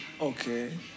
okay